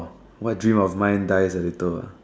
what dream of mine dies a little ah